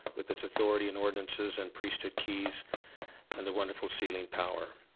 with its authority and ordinances and priesthood keys and the wonderful sealing power.